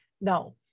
no